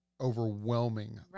overwhelming